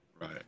Right